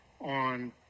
on